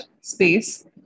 space